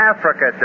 Africa